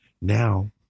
now